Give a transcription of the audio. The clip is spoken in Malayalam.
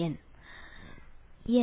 വിദ്യാർഥി എൻ